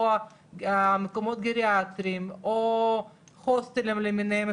מקומות גריאטריים או הוסטלים למיניהם,